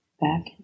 back